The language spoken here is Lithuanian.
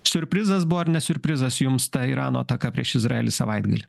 siurprizas buvo ar ne siurprizas jums ta irano ataka prieš izraelį savaitgalį